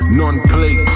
non-play